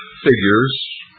figures